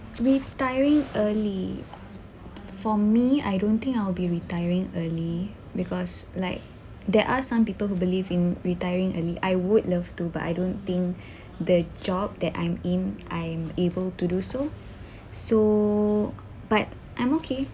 retiring early for me I don't think I'll be retiring early because like there are some people who believe in retiring early I would love to but I don't think the job that I'm in I'm able to do so so but I'm okay